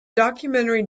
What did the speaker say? documentary